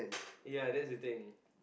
ya that's the thing